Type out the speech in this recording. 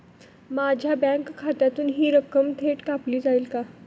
माझ्या बँक खात्यातून हि रक्कम थेट कापली जाईल का?